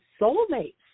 soulmates